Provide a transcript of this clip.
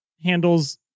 handles